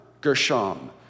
Gershom